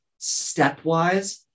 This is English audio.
stepwise